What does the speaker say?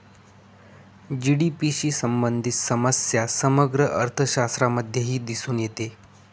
GDP शी संबंधित समस्या समग्र अर्थशास्त्रामध्येही दिसून येते